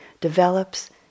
develops